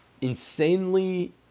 insanely